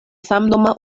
samnoma